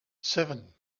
seven